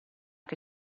che